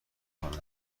کنند